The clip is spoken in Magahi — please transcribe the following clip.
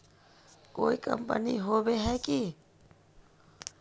कोई कंपनी होबे है की?